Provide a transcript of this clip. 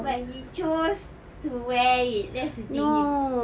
but he chose to wear it that's the thing it's